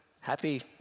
Happy